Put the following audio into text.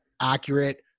accurate